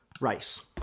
rice